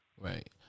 Right